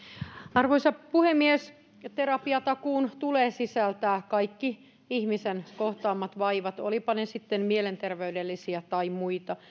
arvoisa puhemies terapiatakuun tulee sisältää kaikki ihmisen kohtaamat vaivat olivatpa ne sitten mielenterveydellisiä tai muita